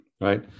Right